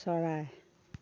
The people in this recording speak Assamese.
চৰাই